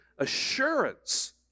assurance